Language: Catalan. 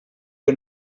que